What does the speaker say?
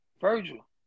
Virgil